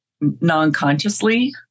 non-consciously